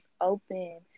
open